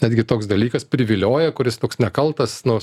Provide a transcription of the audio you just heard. netgi toks dalykas privilioja kuris toks nekaltas nu